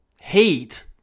hate